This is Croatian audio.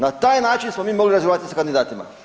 Na taj način smo mi mogli razgovarati sa kandidatima.